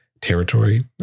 territory